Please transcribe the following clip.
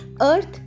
earth